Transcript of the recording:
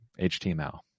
HTML